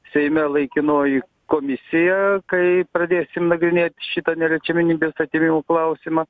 seime laikinoji komisija kai pradėsim nagrinėti šitą neliečiamybės atėmimo klausimą